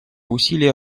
усилия